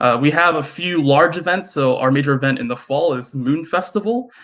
ah we have a few large events, so our major event in the fall is moon festival.